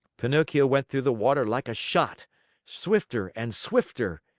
pinocchio went through the water like a shot swifter and swifter.